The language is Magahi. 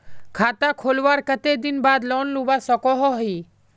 खाता खोलवार कते दिन बाद लोन लुबा सकोहो ही?